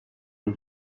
les